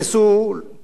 לפי הגרסה שלכם,